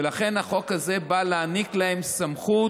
ולכן, החוק הזה בא להעניק להם סמכות,